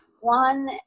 one